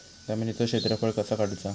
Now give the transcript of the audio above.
जमिनीचो क्षेत्रफळ कसा काढुचा?